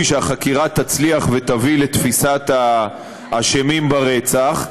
שהחקירה תצליח ותביא לתפיסת האשמים ברצח.